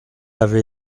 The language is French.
avait